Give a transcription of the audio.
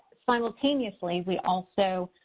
simultaneously we also